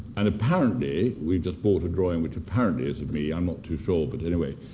and apparently, we've just bought a drawing which apparently is of me. i'm not to sure, but anyway,